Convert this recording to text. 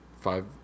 five